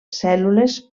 cèl·lules